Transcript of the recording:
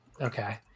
Okay